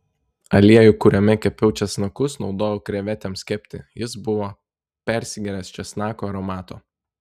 aliejų kuriame kepiau česnakus naudojau krevetėms kepti jis buvo persigėręs česnako aromato